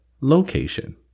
location